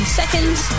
seconds